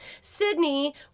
sydney